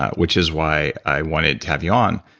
which is why i wanted to have you on